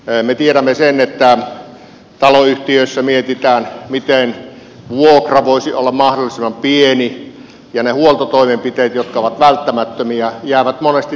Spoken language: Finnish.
me tiedämme sen että taloyhtiöissä mietitään miten vuokra voisi olla mahdollisimman pieni ja ne huoltotoimenpiteet jotka ovat välttämättömiä jäävät monesti tekemättä